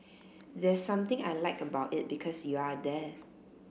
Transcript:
there's something I like about it because you're there